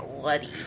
bloody